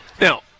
now